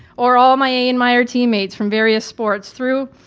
or all my a n meyer teammates from various sports through,